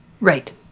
Right